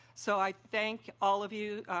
so i thank all of you,